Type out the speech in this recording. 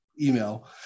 email